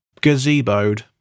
gazeboed